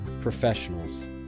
professionals